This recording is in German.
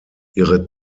ihre